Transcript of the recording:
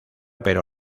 pero